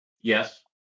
yes